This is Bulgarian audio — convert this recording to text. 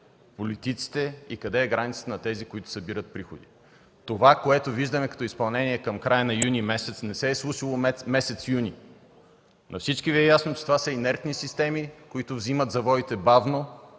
и къде е границата на тези, които събират приходите. Това, което виждаме като изпълнение към края на месец юни, не се е случвало през месец юни. На всички Ви е ясно, че това са инертни системи, които взимат завоите бавно,